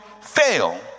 fail